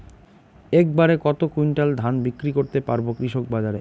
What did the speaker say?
এক বাড়ে কত কুইন্টাল ধান বিক্রি করতে পারবো কৃষক বাজারে?